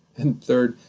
and third,